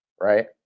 right